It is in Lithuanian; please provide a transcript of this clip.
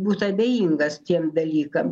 būt abejingas tiem dalykam